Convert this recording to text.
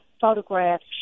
photographs